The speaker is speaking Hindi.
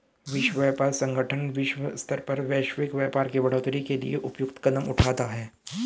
विश्व व्यापार संगठन विश्व स्तर पर वैश्विक व्यापार के बढ़ोतरी के लिए उपयुक्त कदम उठाता है